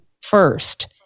first